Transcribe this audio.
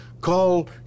Call